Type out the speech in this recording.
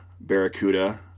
barracuda